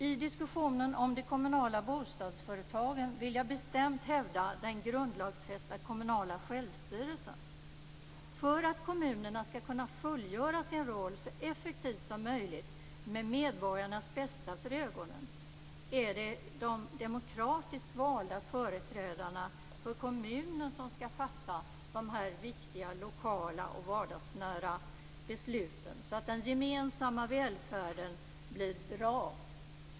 I diskussionen om de kommunala bostadsföretagen vill jag bestämt hävda den grundlagsfästa kommunala självstyrelsen. För att kommunerna ska kunna fullgöra sin roll så effektivt som möjligt med medborgarnas bästa för ögonen är det de demokratiskt valda företrädarna för kommunen som ska fatta de viktiga lokala och vardagsnära besluten så att den gemensamma välfärden blir bra.